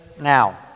now